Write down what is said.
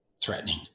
threatening